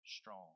strong